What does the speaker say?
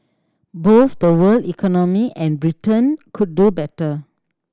both the world economy and Britain could do better